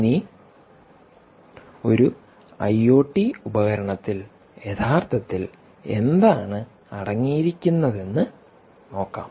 ഇനി ഒരു ഐഒടി ഉപകരണത്തിൽ യഥാർത്ഥത്തിൽ എന്താണ് അടങ്ങിയിരിക്കുന്നതെന്ന് നോക്കാം